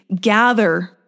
gather